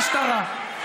מגן על המשטרה.